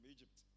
Egypt